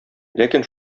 ләкин